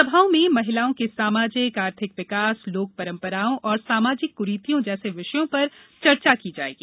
सभाओं में महिलाओं के सामाजिक आर्थिक विकास लोक परम्पराओं तथा सामाजिक कुरीतियों जैसे विषयों पर चर्चा की जाएगी